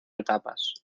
etapas